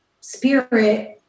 spirit